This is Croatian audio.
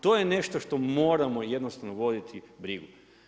To je nešto što moramo jednostavno voditi brigu.